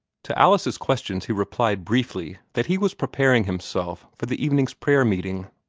to alice's questions he replied briefly that he was preparing himself for the evening's prayer-meeting.